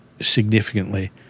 significantly